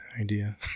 idea